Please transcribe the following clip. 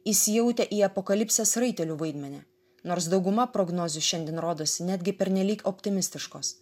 įsijautę į apokalipsės raitelių vaidmenį nors dauguma prognozių šiandien rodosi netgi pernelyg optimistiškos